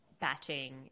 batching